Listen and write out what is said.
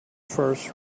first